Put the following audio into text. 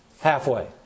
halfway